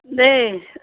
दे